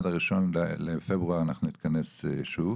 עד ה- 1.2.2023 אנחנו נתכנס שוב